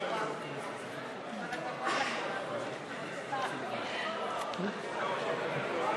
חוק לתיקון פקודת התעבורה (מס'